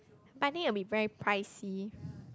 but think it will be very pricey